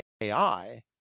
AI